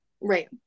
Right